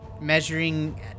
Measuring